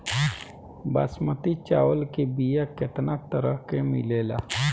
बासमती चावल के बीया केतना तरह के मिलेला?